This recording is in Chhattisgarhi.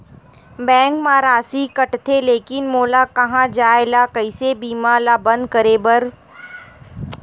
बैंक मा राशि कटथे लेकिन मोला कहां जाय ला कइसे बीमा ला बंद करे बार?